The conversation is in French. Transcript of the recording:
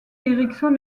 ericsson